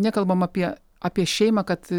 nekalbam apie apie šeimą kad